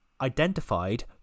identified